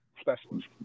specialist